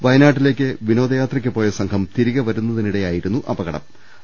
വയനാട്ടിലേക്ക് വിനോദയാത്രയ്ക്കുപോയ സംഘം തിരികെ വരുന്നതിനിടെയായിരുന്നു അപകടം